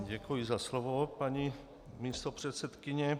Děkuji za slovo, paní místopředsedkyně.